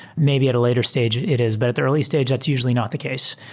maybe at a later stage it is. but at the early stage, that's usually not the case.